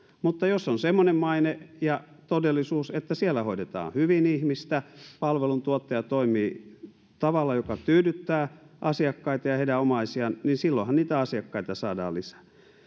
mutta jos on semmoinen maine ja todellisuus että siellä hoidetaan hyvin ihmistä ja palveluntuottaja toimii tavalla joka tyydyttää asiakkaita ja heidän omaisiaan niin silloinhan niitä asiakkaita saadaan lisää